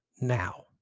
now